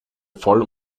voll